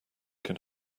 can